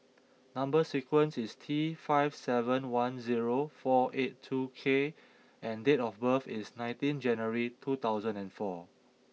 number sequence is T five seven one zero four eight two K and date of birth is nineteen January two thousand and four